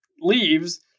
leaves